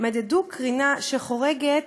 מדדו קרינה שחורגת